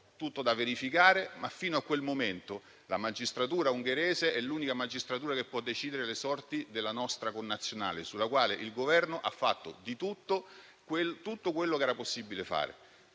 tutto da verificare; ma, fino a quel momento, la magistratura ungherese è l'unica magistratura che può decidere le sorti della nostra connazionale, sulla quale il Governo ha fatto tutto quello che era possibile fare.